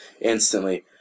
instantly